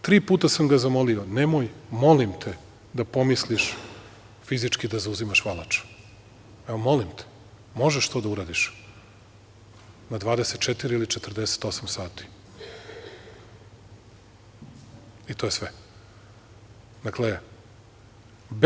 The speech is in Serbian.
Tri puta sam ga zamolio – nemoj, molim te, da pomisliš fizički da zauzimaš Valač, evo, molim te, možeš to da uradiš na 24 ili 48 sati, i to je sve.